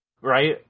Right